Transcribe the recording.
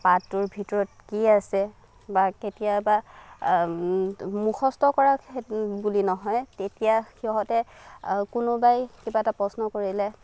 পাঠটোৰ ভিতৰত কি আছে বা কেতিয়াবা মুখস্থ কৰাক সেইটো বুলি নহয় তেতিয়া সিহঁতে কোনোবাই কিবা এটা প্ৰশ্ন কৰিলে